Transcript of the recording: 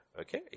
Okay